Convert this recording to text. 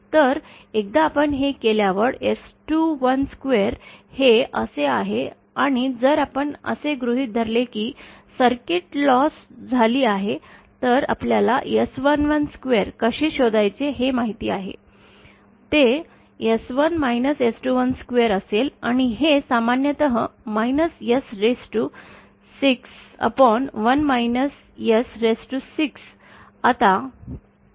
तर एकदा आपण हे केल्यावर S212 हे असे आहे आणि जर आपण असे गृहीत धरले की सर्किट लॉस लेस झाली आहे तर आपल्याला S112 कसे शोधायचे हे माहित आहे ते 1 S212 असेल आणि हे समान असेल raised to 6 raised to 6